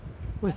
like 他没有